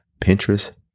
Pinterest